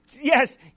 Yes